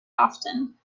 often